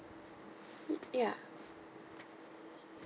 y~ ya